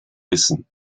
wissen